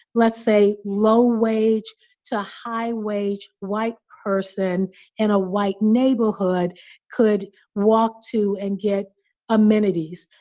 let's say, low wage to high wage white person in a white neighborhood could walk to and get amenities.